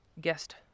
guest